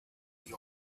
the